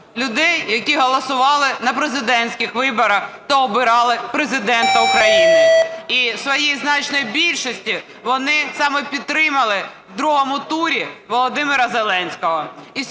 людей, які голосували на президентських виборах та обирали Президента України. І в своїй значній більшості вони саме підтримали в другому турі Володимира Зеленського.